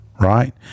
Right